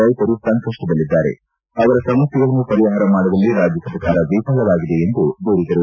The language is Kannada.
ರೈತರು ಸಂಕಷ್ಟದಲ್ಲಿದ್ದಾರೆ ಅವರ ಸಮಸ್ತೆಗಳನ್ನು ಪರಿಹಾರ ಮಾಡುವಲ್ಲಿ ರಾಜ್ಯ ಸರ್ಕಾರ ವಿಫಲವಾಗಿದೆ ಎಂದು ದೂರಿದರು